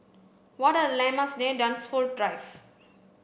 what are the landmarks near Dunsfold Drive